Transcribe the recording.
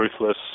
ruthless